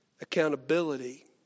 accountability